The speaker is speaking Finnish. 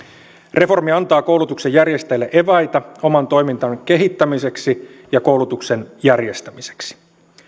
reformi antaa koulutuksen järjestäjille eväitä oman toimintansa kehittämiseksi ja koulutuksen järjestämiseksi